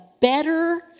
better